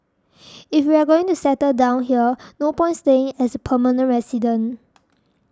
if we are going to settle down here no point staying as a permanent resident